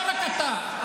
לא רק אתה.